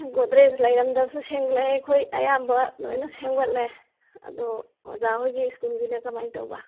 ꯒꯣꯗ꯭ꯔꯦꯖ ꯂꯩꯔꯝꯗꯕꯁꯨ ꯁꯦꯝꯒꯠꯂꯛꯑꯦ ꯑꯩꯈꯣꯏ ꯑꯌꯥꯝꯕ ꯂꯣꯏꯅ ꯁꯦꯝꯒꯠꯂꯦ ꯑꯗꯣ ꯑꯣꯖꯥꯈꯣꯏꯒꯤ ꯁ꯭ꯀꯨꯜꯒꯤꯅ ꯀꯃꯥꯏꯅ ꯇꯧꯕ